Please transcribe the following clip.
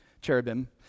cherubim